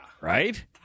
Right